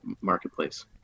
marketplace